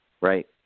right